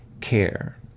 care